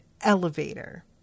elevator